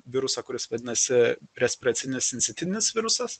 virusą kuris vadinasi respiracinis sincitinis virusas